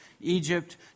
Egypt